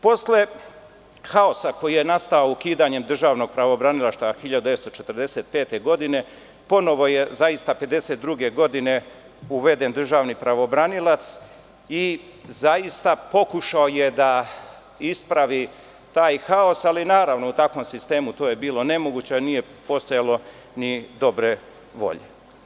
Posle haosa koji je nastao ukidanjem državnog pravobranilaštva 1945. godine, ponovo je 1952. godine uveden državni pravobranilac i zaista pokušao je da ispravi taj haos, ali naravno, u takvom sistemu to je bilo nemoguće, nije postojalo ni dobre volje.